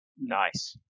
Nice